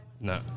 No